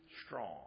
strong